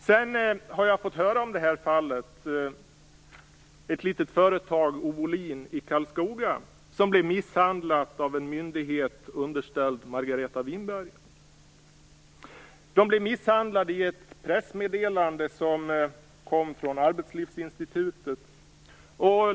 Jag har sedan fått höra talas om detta fall, ett litet företag, Ovolin i Karlskoga, som blev misshandlat av en myndighet som är underställd Margareta Winberg. Företaget blev misshandlat i ett pressmeddelande som kom från Arbetslivsinstitutet.